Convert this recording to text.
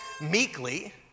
meekly